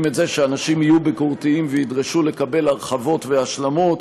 את זה שאנשים יהיו ביקורתיים וידרשו לקבל הרחבות והשלמות.